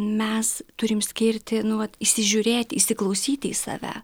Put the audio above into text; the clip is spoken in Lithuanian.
mes turim skirti nu vat įsižiūrėti įsiklausyti į save